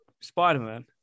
Spider-Man